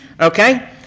okay